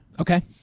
okay